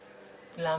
למה?